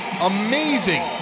Amazing